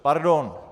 Pardon.